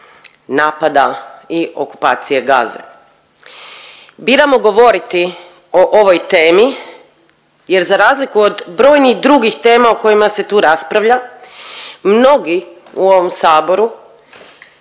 napada i okupacije Gaze. Biramo govoriti o ovoj temi jer za razliku od brojnih drugih tema o kojima se tu raspravlja, mnogi u ovom Saboru